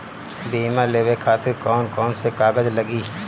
बीमा लेवे खातिर कौन कौन से कागज लगी?